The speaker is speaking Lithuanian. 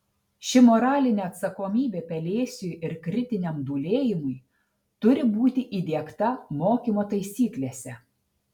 ši moralinė atsakomybė pelėsiui ir kritiniam dūlėjimui turi būti įdiegta mokymo taisyklėse